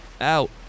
out